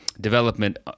development